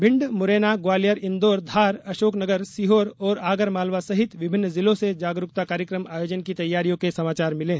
भिंड मुरैना ग्वालियर इन्दौर धार अशोनकर सीहोर और आगरमालवा सहित विभिन्न जिलों से जागरूकता कार्यक्रम आयोजन की तैयारियों के समाचार मिले हैं